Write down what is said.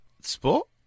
sport